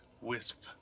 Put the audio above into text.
Wisp